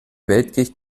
weltkrieg